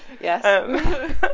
Yes